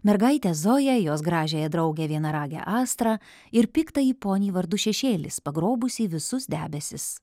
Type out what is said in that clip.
mergaitę zoją jos gražiąją draugę vienaragę astrą ir piktąjį ponį vardu šešėlis pagrobusį visus debesis